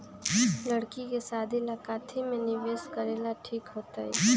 लड़की के शादी ला काथी में निवेस करेला ठीक होतई?